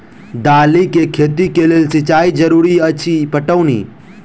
दालि केँ खेती केँ लेल सिंचाई जरूरी अछि पटौनी?